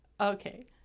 Okay